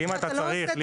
האם אתה צריך להיטלטל?